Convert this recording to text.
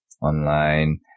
online